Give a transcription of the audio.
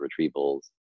retrievals